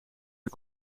een